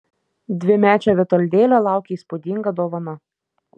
dvimečio vitoldėlio laukė įspūdinga dovana